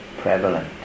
prevalent